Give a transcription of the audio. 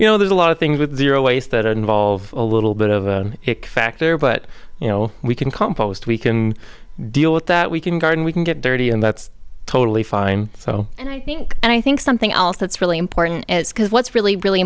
you know there's a lot of things with zero waste that involve a little bit of a factor but you know we can compost we can deal with that we can garden we can get dirty and that's totally fine so and i think and i think something else that's really important because what's really really